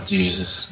Jesus